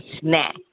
snack